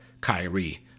Kyrie